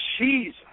Jesus